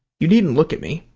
you needn't look at me.